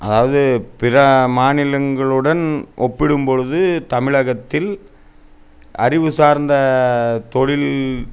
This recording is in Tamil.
அதாவது பிற மாநிலங்களுடன் ஒப்பிடும் பொழுது தமிழகத்தில் அறிவு சார்ந்த தொழில்